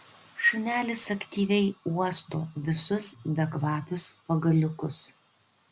šunelis aktyviai uosto visus bekvapius pagaliukus